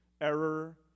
Error